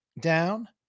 down